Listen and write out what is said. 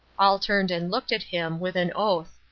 all turned and looked at him, with an oath.